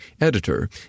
editor